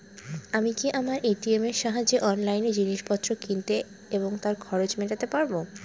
আমি কি আমার এ.টি.এম এর সাহায্যে অনলাইন জিনিসপত্র কিনতে এবং তার খরচ মেটাতে পারব?